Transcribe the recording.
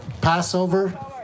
Passover